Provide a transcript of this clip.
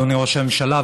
אדוני ראש הממשלה,